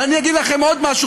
ואני אגיד לכם עוד משהו,